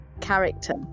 character